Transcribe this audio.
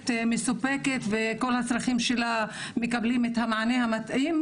מסופקת וכל הצרכים שלה מקבלים מענה מתאים.